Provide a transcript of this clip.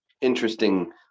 interesting